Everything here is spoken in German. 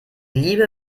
liebe